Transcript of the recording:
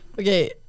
Okay